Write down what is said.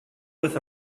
with